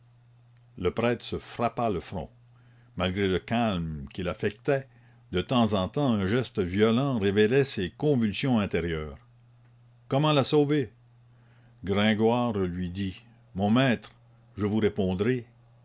le prêtre se frappa le front malgré le calme qu'il affectait de temps en temps un geste violent révélait ses convulsions intérieures comment la sauver gringoire lui dit mon maître je vous répondrai